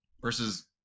Versus